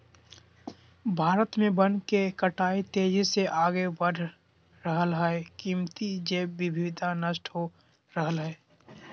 भारत में वन के कटाई तेजी से आगे बढ़ रहल हई, कीमती जैव विविधता नष्ट हो रहल हई